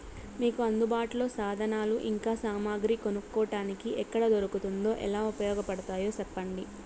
మీకు అందుబాటులో సాధనాలు ఇంకా సామగ్రి కొనుక్కోటానికి ఎక్కడ దొరుకుతుందో ఎలా ఉపయోగపడుతాయో సెప్పండి?